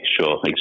sure